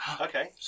Okay